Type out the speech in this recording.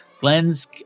Glenn's